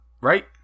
right